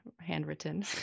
handwritten